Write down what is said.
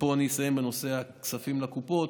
ופה אני אסיים בנושא הכספים לקופות.